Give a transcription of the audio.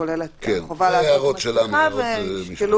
כולל החובה לעטות מסיכה --- זה ההערות המשפטיות שלנו.